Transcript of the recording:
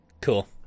Cool